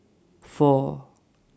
four